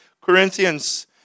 corinthians